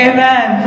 Amen